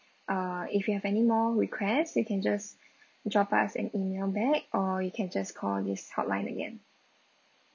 uh if you have any more request you can just drop us an email back or you can just call this hotline again